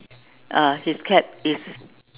ah his cap is